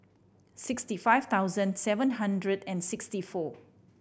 sixty five thousand seven hundred and sixty four